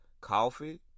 coffee